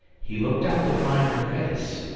he looked up to find her face,